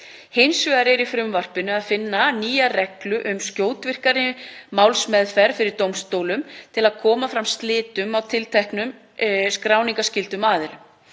Hins vegar er í frumvarpinu að finna nýja reglu um skjótvirkari málsmeðferð fyrir dómstólum til að koma fram slitum á tilteknum skráningarskyldum aðilum.